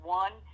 one